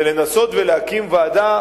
זה לנסות ולהקים ועדה,